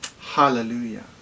Hallelujah